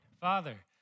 Father